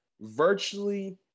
virtually